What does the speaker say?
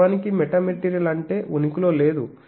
వాస్తవానికి మెటామెటీరియల్ అంటే ఉనికిలో లేదు